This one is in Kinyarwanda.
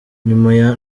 nyuma